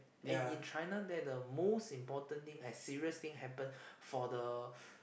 and in China that the most important thing as serious thing happen for the